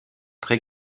très